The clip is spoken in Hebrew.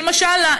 למשל,